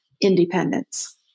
independence